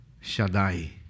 Shaddai